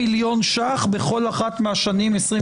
100,000,000 ש"ח בכל אחת מהשנים 2023,